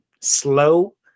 slow